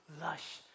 lush